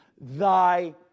thy